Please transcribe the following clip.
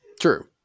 True